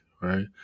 right